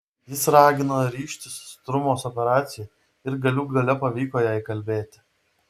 jis ragino ryžtis strumos operacijai ir galų gale pavyko ją įkalbėti